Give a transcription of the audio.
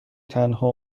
تنها